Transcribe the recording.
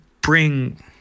bring